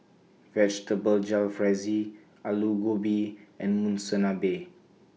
Vegetable Jalfrezi Alu Gobi and Monsunabe